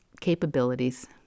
capabilities